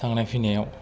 थांनाय फैनायाव